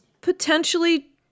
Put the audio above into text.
potentially